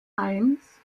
eins